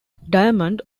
diamond